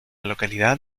localidad